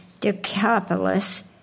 Decapolis